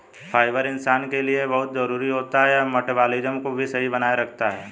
fibre इंसान के लिए बहुत जरूरी होता है यह मटबॉलिज़्म को भी सही बनाए रखता है